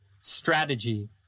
strategy